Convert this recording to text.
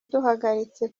duhagaritse